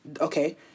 Okay